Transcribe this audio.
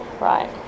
Right